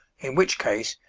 in which case,